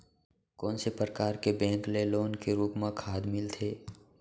कोन से परकार के बैंक ले लोन के रूप मा खाद मिलथे?